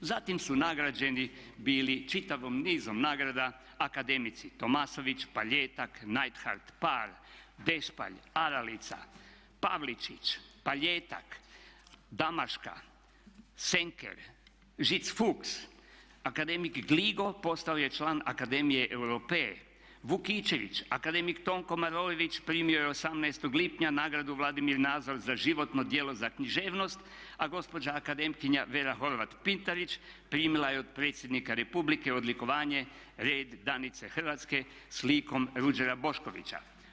Zatim su nagrađeni bili čitavim nizom nagrada akademici Tomasović, Paljetak, Neidhardt, Paar, Dešpalj, Aralica, Pavličić, Paljetak, Damaška, Senker, Žić-Fuchs, akademik Gligo postavo je član akademije Europea, Vukičević, akademik Tonko Maroević primio je 18. lipnja nagradu Vladimir Nazor za životno djelo za književnost a gospođa akademkinja Vera Horvat Pintarić primila je od predsjednika Republike odlikovanje Red danice Hrvatske s likom Ruđera Boškovića.